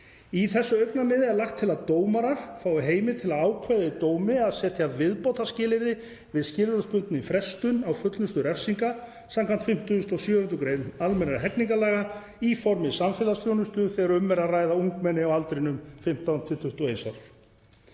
Í þessu augnamiði er lagt til að dómarar fái heimild til að ákveða í dómi að setja viðbótarskilyrði fyrir skilorðsbundinni frestun á fullnustu refsingar skv. 57. gr. almennra hegningarlaga í formi samfélagsþjónustu þegar um er að ræða ungmenni á aldrinum 15–21